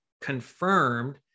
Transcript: Confirmed